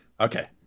Okay